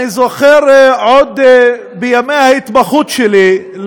אני זוכר עוד בימי ההתמחות שלי,